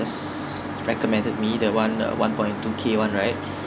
just recommended me the one uh one point two K right